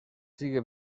sigue